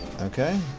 okay